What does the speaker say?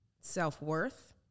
self-worth